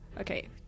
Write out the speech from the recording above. okay